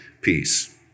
peace